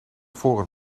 voren